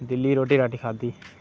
दिल्ली रोटी राटी खाद्धी